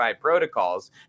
protocols